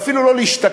ואפילו לא להשתכר,